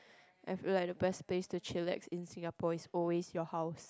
as like the best place to chillax in Singapore is always your house